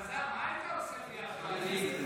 אלעזר, מה היית עושה בלי החרדים?